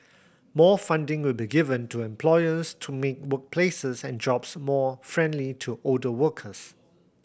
more funding will be given to employers to make workplaces and jobs more friendly to older workers